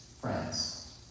Friends